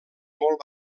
molt